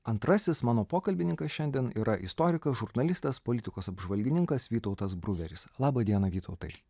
antrasis mano pokalbininkas šiandien yra istorikas žurnalistas politikos apžvalgininkas vytautas bruveris laba diena vytautai